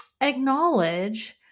acknowledge